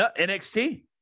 NXT